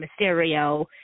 Mysterio